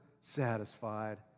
satisfied